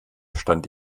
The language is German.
stand